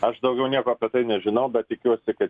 aš daugiau nieko apie tai nežinau bet tikiuosi kad